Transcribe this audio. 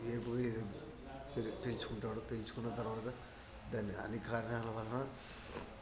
ఏ పొడి వేయొద్దు పెంచుకుంటాడు పెంచుకున్న తర్వాత దాన్ని అన్ని కారణాలవల్ల